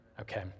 Okay